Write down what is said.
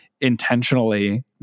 intentionally